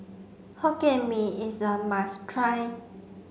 Hokkien Mee is a must try